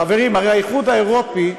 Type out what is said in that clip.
חברים, הרי האיחוד האירופי,